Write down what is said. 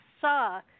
saw